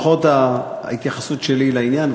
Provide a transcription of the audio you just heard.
לפחות ההתייחסות שלי לעניין.